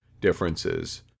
differences